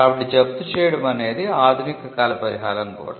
కాబట్టి జప్తు చేయడమనేది ఆధునిక కాల పరిహారం కూడా